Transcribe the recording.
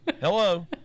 Hello